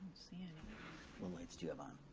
see any what lights do you have on?